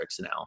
now